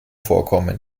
vorkommen